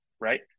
right